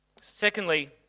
Secondly